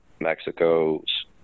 Mexico's